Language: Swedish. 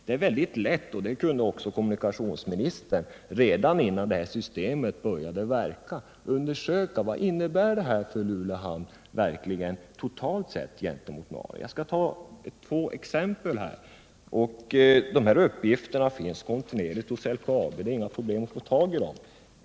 Det är mycket lätt att undersöka — och det kunde också kommunikationsministern ha gjort redan innan det här systemet började verka — vad detta innebär totalt sett för Luleå hamn gentemot Narvik. Jag vill ta ett exempel. De uppgifter det här gäller finns kontinuerligt hos LKAB; det är inga problem med att få tag i dem.